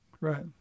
Right